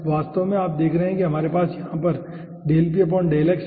वास्तव में आप देख रहे हैं कि आपके पास यहाँ पर हैं